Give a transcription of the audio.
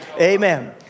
Amen